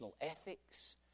ethics